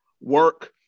work